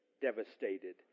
devastated